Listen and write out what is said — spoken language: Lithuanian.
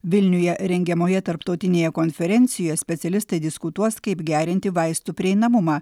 vilniuje rengiamoje tarptautinėje konferencijoje specialistai diskutuos kaip gerinti vaistų prieinamumą